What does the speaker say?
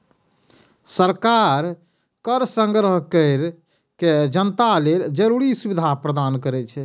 सरकार कर संग्रह कैर के जनता लेल जरूरी सुविधा प्रदान करै छै